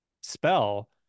spell